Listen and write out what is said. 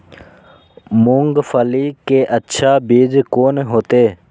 मूंगफली के अच्छा बीज कोन होते?